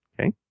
Okay